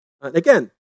again